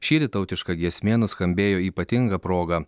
šįryt tautiška giesmė nuskambėjo ypatinga proga